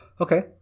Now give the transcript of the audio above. Okay